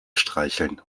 streicheln